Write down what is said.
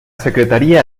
secretaría